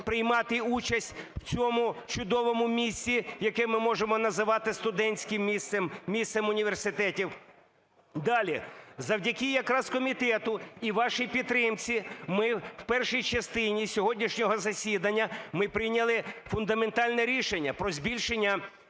приймати участь в цьому чудовому місці, яке ми можемо називати студентським місцем, місцем університетів. Далі. Завдяки якраз комітету і вашій підтримці ми в першій частині сьогоднішнього засідання, ми прийняли фундаментальне рішення – про збільшення